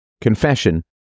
confession